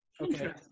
Okay